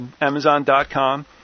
Amazon.com